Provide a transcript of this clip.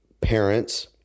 parents